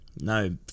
no